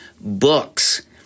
books